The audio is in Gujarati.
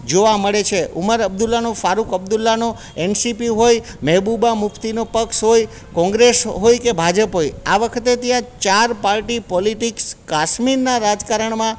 જોવા મળે છે ઉમર અબ્દુલ્લાનો ફારૂક અબ્દુલ્લાનો એનસીપી હોય મેહબુબા મુફ્તીનો પક્ષ હોય કોંગ્રેસ હોય કે ભાજપ હોય આ વખતે ત્યાં ચાર પાર્ટી પોલિટીક્સ કાશ્મીરના રાજકારણમાં